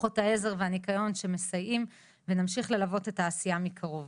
כוחות העזר והניקיון שמסייעים ונמשיך ללוות את העשייה מקרוב.